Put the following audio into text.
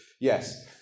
yes